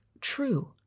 true